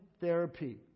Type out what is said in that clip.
therapy